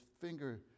finger